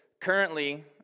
currently